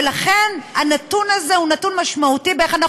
ולכן הנתון הזה הוא נתון משמעותי באיך אנחנו